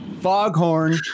foghorn